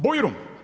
Bujrum.